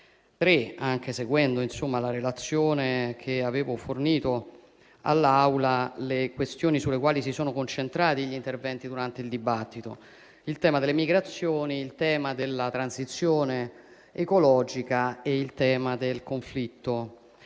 che, anche seguendo la relazione che avevo fornito all'Assemblea, siano sostanzialmente tre le questioni sulle quali si sono concentrati gli interventi durante il dibattito: il tema delle migrazioni, il tema della transizione ecologica e il tema del conflitto